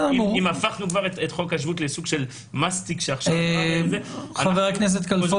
אם הפכנו כבר את חוק השבות לסוג של מסטיק שעכשיו --- חבר הכנסת כלפון.